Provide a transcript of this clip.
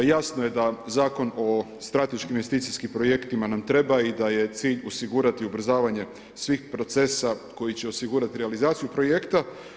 Jasno je da Zakon o strateškim investicijskim projektima nam treba i da je cilj osigurati ubrzavanje svih procesa koji će osigurati realizaciju projekta.